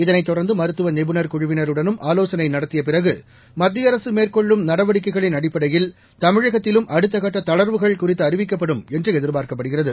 இதனைத் தொடர்ந்து மருத்துவ நிபுனர் குழுவினருடனும் ஆலோசனை நடத்திய பிறகு மத்திய அரசு மேற்கொள்ளும் நடவடிக்கைகளின் அடிப்படையில் தமிழகத்திலும் அடுத்த கட்ட தளர்வுகள் குறித்து அறிவிக்கப்படும் என எதிர்பார்க்கப்படுகிறது